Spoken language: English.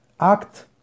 act